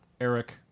Eric